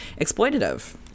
exploitative